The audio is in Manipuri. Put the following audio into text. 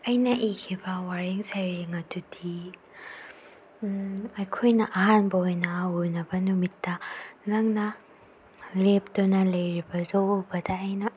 ꯑꯩꯅ ꯏꯈꯤꯕ ꯋꯥꯔꯦꯡ ꯁꯩꯔꯦꯡ ꯑꯗꯨꯗꯤ ꯑꯩꯈꯣꯏꯅ ꯑꯍꯥꯟꯕ ꯑꯣꯏꯅ ꯎꯅꯕ ꯅꯨꯃꯤꯠꯇ ꯅꯪꯅ ꯂꯦꯞꯇꯨꯅ ꯂꯩꯔꯤꯕꯗꯣ ꯎꯕꯗ ꯑꯩꯅ